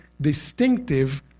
distinctive